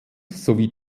sowie